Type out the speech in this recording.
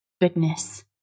goodness